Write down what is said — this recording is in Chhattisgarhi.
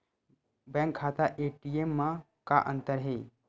बैंक खाता ए.टी.एम मा का अंतर हे?